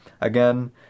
again